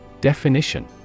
Definition